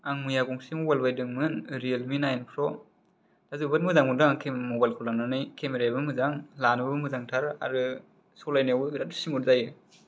आं मैया गंसे मबाइल बायदोंमोन रियेलमि नायेन प्र' दा जोबोद मोजां मोनदों आं मबाइलखौ लानानै केमेरायाबो मोजां लानोबो मोजांथार आरो सलायनायावबो बेराद सिमुद जायो